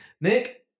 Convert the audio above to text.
Nick